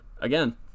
again